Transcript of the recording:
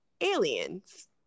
Aliens